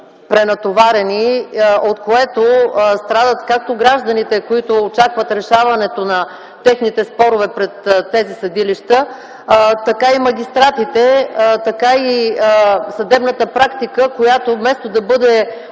пренатоварени, от което страдат както гражданите, които очакват решаването на техните спорове пред тези съдилища, така и магистратите, така и съдебната практика, която вместо да бъде